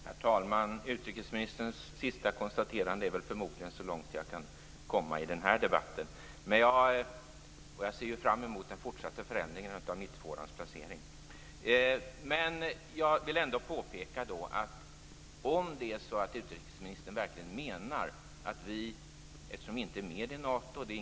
Herr talman! Utrikesministerns senaste konstaterande är förmodligen så långt jag kan komma i den här debatten. För övrigt ser jag fram emot den fortsatta förändringen av mittfårans placering. Vi är ju inte med i Nato och ingen av oss förespråkar att vi skall söka medlemskap där.